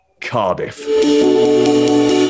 Cardiff